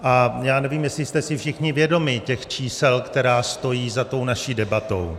A já nevím, jestli jste si všichni vědomi těch čísel, která stojí za tou naší debatou.